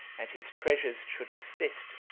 and his treasures should assist,